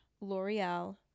L'Oreal